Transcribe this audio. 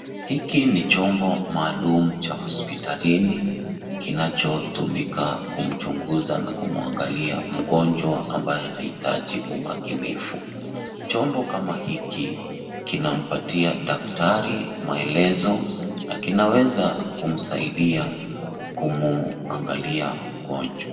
Hiki ni chombo maalum cha hospitalini kinachotumika kumchunguza na kumwangalia mgonjwa ambaye anahitaji umakinifu. Chombo kama hiki kinampatia daktari maelezo na kinaweza kumsaidia kumwangalia mgonjwa.